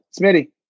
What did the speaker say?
Smitty